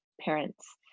parents